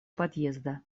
подъезда